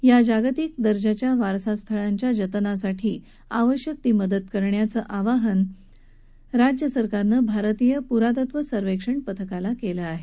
या जागतिक दर्जाच्या वारसास्थळांच्या जतनासाठी आवश्यक ती मदत करण्याचं आवाहन राज्य सरकारनं भारतीय पुरातत्व सर्वेक्षण पथकाला केलं आहे